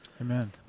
amen